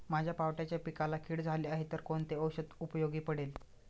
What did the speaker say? माझ्या पावट्याच्या पिकाला कीड झाली आहे तर कोणते औषध उपयोगी पडेल?